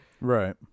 Right